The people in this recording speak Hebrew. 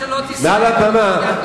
של כל ממשלות ישראל.